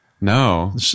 No